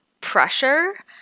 pressure